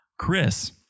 Chris